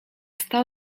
stał